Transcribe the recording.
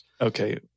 Okay